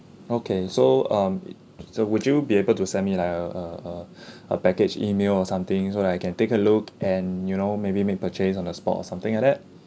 okay so um so would you be able to send me like a a a a package email or something so that I can take a look and you know maybe make purchase on the spot or something like that